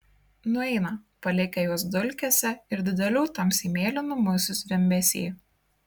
nueina palikę juos dulkėse ir didelių tamsiai mėlynų musių zvimbesy